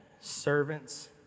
servants